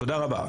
תודה רבה.